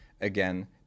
again